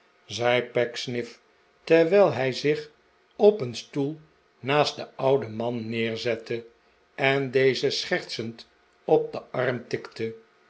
zei pecksniff terwijl hij zich op een stoel naast den ouden man neerzette en dezen schertsend op den arm tikte